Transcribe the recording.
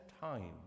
time